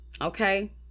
okay